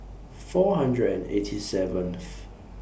four hundred and eighty seventh